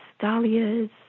dahlias